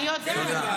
אני יודעת.